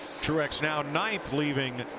truex now nine, leaving